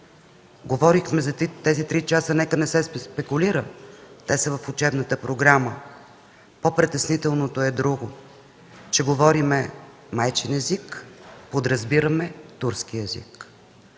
Говорихме за три часа. Нека не се спекулира – те са в учебната програма. По-притеснителното е, че говорим за майчин език, а подразбираме турски език.